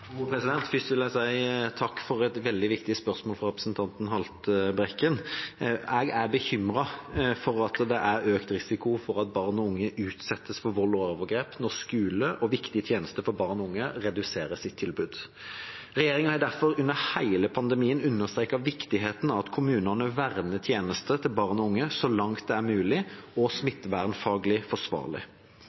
vil jeg si takk for et veldig viktig spørsmål fra representanten Haltbrekken. Jeg er bekymret for at det er økt risiko for at barn og unge utsettes for vold og overgrep når skoler og viktige tjenester for barn og unge reduserer sitt tilbud. Regjeringa har derfor under hele pandemien understreket viktigheten av at kommunene verner tjenester til barn og unge så langt det er mulig og smittevernfaglig forsvarlig.